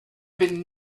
been